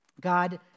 God